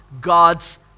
God's